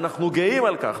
ואנחנו גאים על כך.